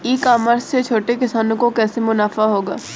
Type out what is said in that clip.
ई commerce से छोटे किसानों को कैसे मुनाफा होगा?